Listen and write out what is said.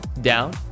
down